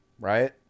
Right